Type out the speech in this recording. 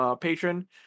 patron